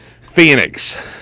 Phoenix